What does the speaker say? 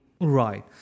Right